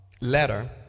letter